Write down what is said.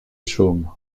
chaume